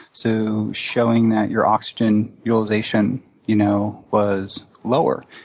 so showing that your oxygen utilization you know was lower,